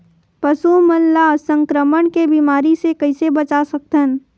पशु मन ला संक्रमण के बीमारी से कइसे बचा सकथन?